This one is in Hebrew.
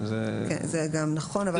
זה גם נכון.